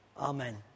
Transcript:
Amen